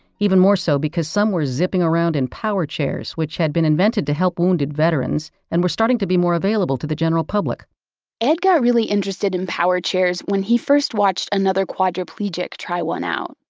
even more so because some were zipping around in power chairs, which had been invented to help wounded veterans and were starting to be more available to the general public ed got really interested in power chairs when he first watched another quadriplegic try one out.